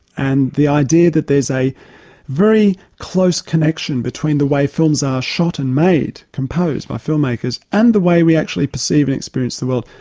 and the idea that there's a very close connection between the way films are shot and made, composed, by film makers, and the way we actually perceive and experience the world,